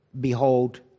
Behold